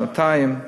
שנתיים,